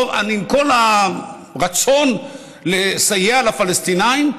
עם כל הרצון לסייע לפלסטינים,